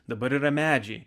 dabar yra medžiai